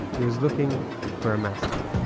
he was looking for a mascot.